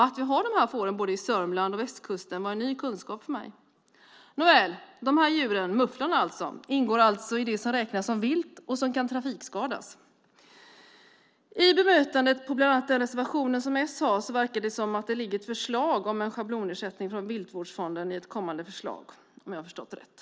Att vi har sådana får både i Sörmland och på västkusten var ny kunskap för mig. Nåväl, dessa djur, mufflon, ingår alltså i det som räknas som vilt och som kan trafikskadas. I bemötandet på bland annat den reservation som s har verkar det som att det ligger förslag om en schablonersättning från Viltvårdsfonden i ett kommande förslag, om jag förstår det rätt.